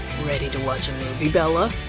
ready to watch a movie, bella?